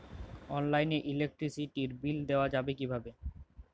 অনলাইনে ইলেকট্রিসিটির বিল দেওয়া যাবে কিভাবে?